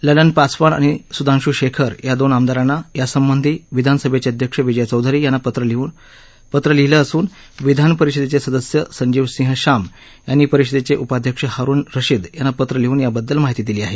ललन पासवान आणि सुधांशू शेखर या दोन आमदारांना यासंबंधी विधानसभेचे अध्यक्ष विजय चौधरी यांना पत्र लिहिलं असून विधानपरिषदेचे सदस्य संजीव सिंह श्याम यांनी परिषदेचे उपाध्यक्ष हारुण रशीद यांना पत्र लिहून याबद्दल माहिती दिली आहे